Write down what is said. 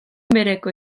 bereko